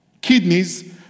kidneys